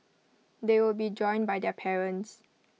they will be joined by their parents